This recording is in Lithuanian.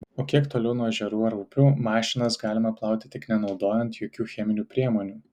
o kiek toliau nuo ežerų ar upių mašinas galima plauti tik nenaudojant jokių cheminių priemonių